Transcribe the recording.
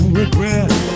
regret